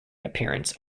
appearance